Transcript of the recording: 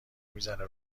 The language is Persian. میزنه